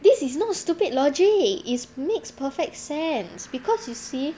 this is not stupid logic is makes perfect sense because you see